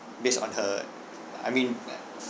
based on her I mean uh